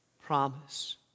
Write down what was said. promise